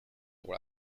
pour